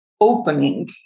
opening